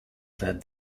that